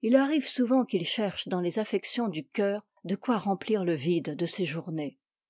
il arrive souvent qu'il cherche dans les affections du cœur de quoi remplir le vide de ses journées